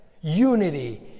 unity